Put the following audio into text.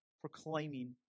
proclaiming